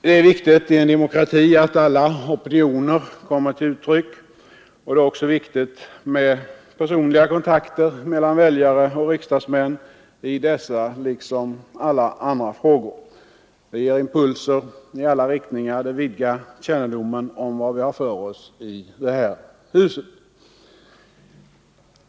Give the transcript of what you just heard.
Det är viktigt i en demokrati att alla opinioner kommer till uttryck, och det är också viktigt med personliga kontakter mellan väljare och riksdagsmän i dessa liksom i alla andra frågor. Det ger impulser i alla riktningar, och det vidgar kännedomen om vad vi har för oss i det här huset.